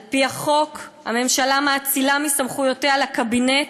על-פי החוק, הממשלה מאצילה מסמכויותיה לקבינט,